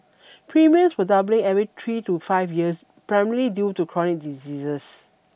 premiums were doubling every three to five years primarily due to chronic diseases